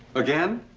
again?